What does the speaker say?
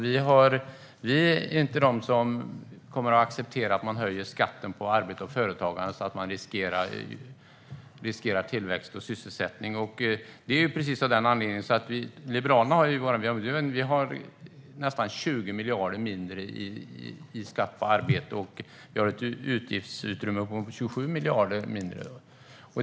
Vi är inte de som kommer att acceptera att man höjer skatten på arbete och företagande så att man riskerar effekter på tillväxt och sysselsättning. Det är precis av den anledningen Liberalerna har nästan 20 miljarder mindre i skatt på arbete och ett utgiftsutrymme på 27 miljarder mindre.